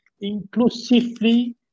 inclusively